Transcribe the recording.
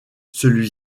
celui